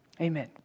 Amen